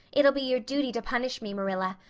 it'll be your duty to punish me, marilla.